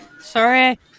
Sorry